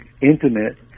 intimate